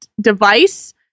device